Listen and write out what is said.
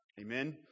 Amen